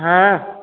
हँ